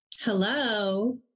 Hello